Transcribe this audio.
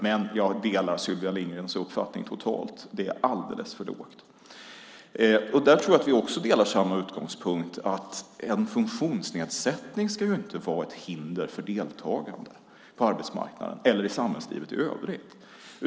Men jag delar Sylvia Lindgrens uppfattning - den är alldeles för låg. Jag tror att vi delar uppfattningen att en funktionsnedsättning inte ska vara ett hinder för deltagande på arbetsmarknaden eller i samhällslivet i övrigt.